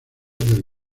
del